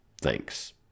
Thanks